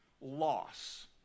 loss